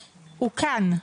הוא כאן.